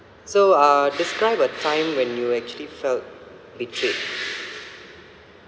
so uh describe a time when you actually felt betrayed